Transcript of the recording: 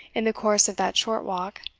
in the course of that short walk,